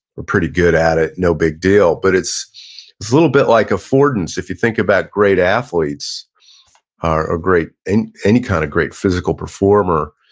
we're pretty good at it. no big deal. but it's it's a little bit like affordance, if you think about great athletes or ah great, and any kind of great physical performer,